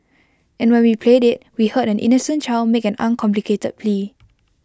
and when we played IT we heard an innocent child make an uncomplicated plea